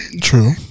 True